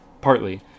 partly